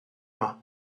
yma